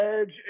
edge